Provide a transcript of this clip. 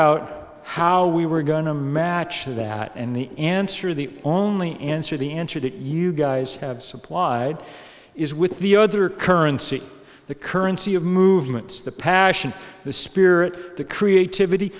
out how we were gonna match to that and the answer the only answer the answer that you guys have supplied is with the other currency the currency of movements the passion the spirit the creativity